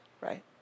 right